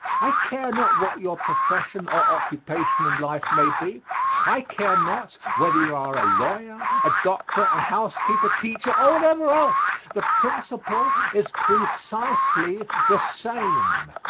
i care not what your profession or occupation in life may be i care not whether you are a lawyer, a doctor, a housekeeper, teacher or whatever else, the principle is precisely the same.